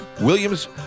Williams